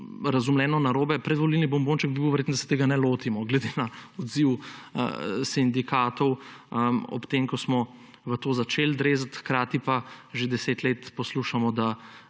razumljeno narobe, predvolilni bombonček bi bil verjetno, da se tega ne lotimo glede na odziv sindikatov ob tem, ko smo začeli v to drezati. Hkrati pa že deset let poslušamo